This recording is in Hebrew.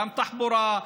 גם תחבורה,